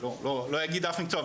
אל אגיד אף מקצוע,